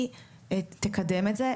היא תקדם את זה.